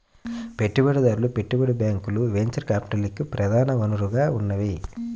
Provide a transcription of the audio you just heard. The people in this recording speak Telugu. పెట్టుబడిదారులు, పెట్టుబడి బ్యాంకులు వెంచర్ క్యాపిటల్కి ప్రధాన వనరుగా ఉన్నాయి